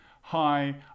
Hi